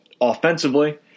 offensively